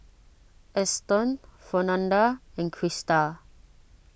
Eston Fernanda and Christa